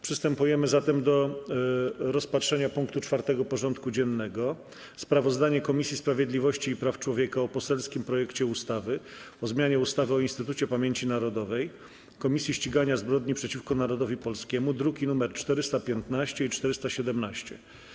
Przystępujemy do rozpatrzenia punktu 4. porządku dziennego: Sprawozdanie Komisji Sprawiedliwości i Praw Człowieka o poselskim projekcie ustawy o zmianie ustawy o Instytucie Pamięci Narodowej - Komisji Ścigania Zbrodni przeciwko Narodowi Polskiemu (druki nr 415 i 417)